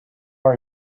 are